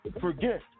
forget